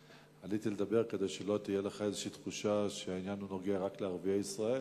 עליתי לדבר כדי שלא תהיה לך איזו תחושה שהעניין נוגע רק לערביי ישראל.